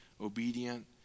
obedient